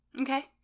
Okay